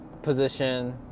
position